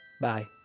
Bye